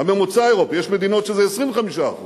הממוצע האירופי, יש מדינות שזה 25%